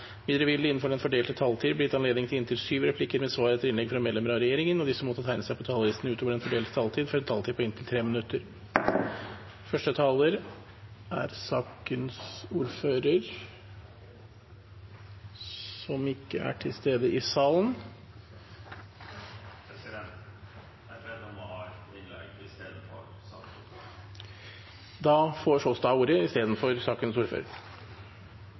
Videre vil det – innenfor den fordelte taletid – bli gitt anledning til inntil sju replikker med svar etter innlegg fra medlemmer av regjeringen, og de som måtte ønske å tegne seg på talerlisten utover den fordelte taletid, får også en taletid på inntil 3 minutter.